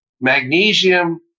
magnesium